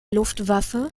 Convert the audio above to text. luftwaffe